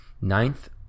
ninth